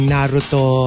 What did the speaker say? Naruto